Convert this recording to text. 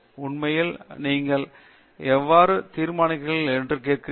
உண்மையில் நீங்கள் எவ்வாறு தீர்ப்பளிக்கிறீர்கள் என்று கேட்கிறீர்களா